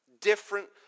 different